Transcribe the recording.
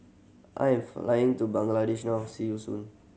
I am flying to Bangladesh now see you soon